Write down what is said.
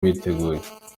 biteguye